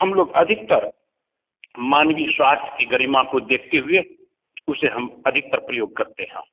हम लोग अधिकतर मानवीय स्वास्थ्य की गरिमा को देखते हुए उसे हम अधिकतर प्रयोग करते हैं